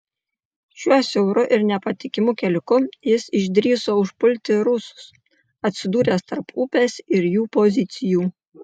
šiuo siauru ir nepatikimu keliuku jis išdrįso užpulti rusus atsidūręs tarp upės ir jų pozicijų